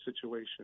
situation